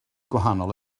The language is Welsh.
gwahanol